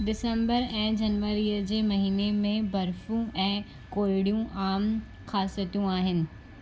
December ऐं जनवरी जे महीने में बर्फ़ु ऐं कोहीड़ो आमु ख़ासियतूं आहिनि